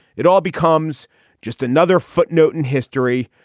it all becomes just another footnote in history,